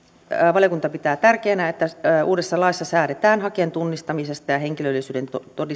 valiokunta pitää tärkeänä että uudessa laissa säädetään hakijan tunnistamisesta ja henkilöllisyyden